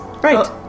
Right